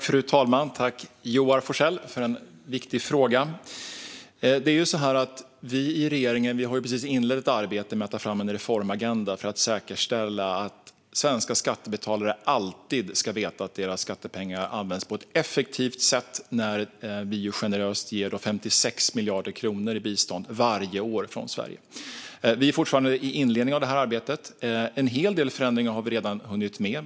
Fru talman! Tack, Joar Forssell, för en viktig fråga! I regeringen har vi precis inlett ett arbete med att ta fram en reformagenda för att säkerställa att svenska skattebetalare alltid ska veta att deras skattepengar används på ett effektivt sätt när vi generöst ger 56 miljarder kronor i bistånd varje år från Sverige. Vi är fortfarande i inledningen av detta arbete. En hel del förändringar har vi redan hunnit med.